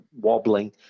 wobbling